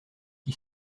qui